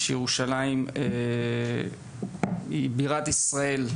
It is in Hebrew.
לעובדה שירושלים היא בירת ישראל,